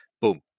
boom